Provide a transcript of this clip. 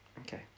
Okay